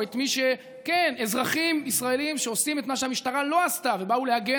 או כשאזרחים ישראלים עושים את מה שהמשטרה לא עשתה ובאו להגן